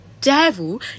devil